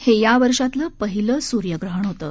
हे या वर्षातलं पहिलं सूर्यग्रहण होतं